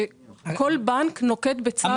כשכל בנק נוקט בצעד אחר.